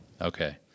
Okay